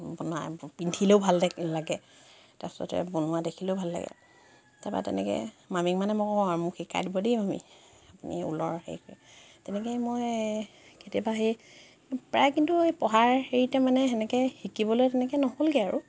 আপোনাৰ পিন্ধিলেও ভাল লা লাগে তাৰপিছতে বনোৱা দেখিলেও ভাল লাগে তাৰপৰা তেনেকৈ মামীক মানে মই কওঁ আৰু মোক শিকাই দিব দেই মামী আপুনি ঊলৰ হেৰি তেনেকেই মই কেতিয়াবা সেই প্ৰায় কিন্তু এই পঢ়াৰ হেৰিতে মানে সেনেকৈ শিকিবলৈ তেনেকৈ নহ'লগৈ আৰু